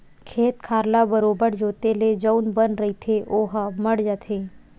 खेत खार ल बरोबर जोंते ले जउन बन रहिथे ओहा मर जाथे